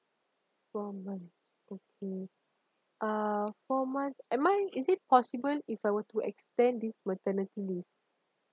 four months okay uh four months am I is it possible if I were to extend this maternity leave